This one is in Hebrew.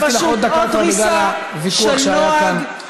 הוספתי לך עוד דקה בגלל הוויכוח שהיה כאן.